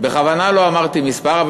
בכוונה לא אמרתי מספר.